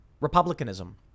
republicanism